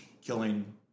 killing